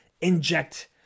inject